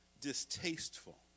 distasteful